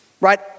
right